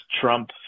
trump